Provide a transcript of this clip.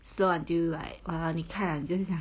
slow until like !walao! 你看就是讲